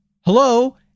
hello